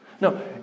No